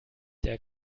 der